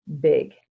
big